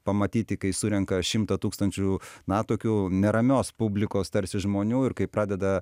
pamatyti kai surenka šimtą tūkstančių na tokių neramios publikos tarsi žmonių ir kai pradeda